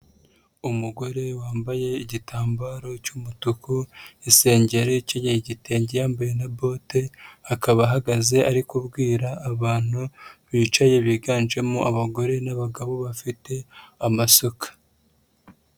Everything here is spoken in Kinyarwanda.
Umugore wambaye igitambaro cy'umutuku, isengeri, ukenyeye igitenge, yambaye na bote, akaba ahagaze ari kubwira abantu, bicaye biganjemo abagore n'abagabo bafite amasuka.